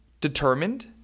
determined